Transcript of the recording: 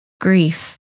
grief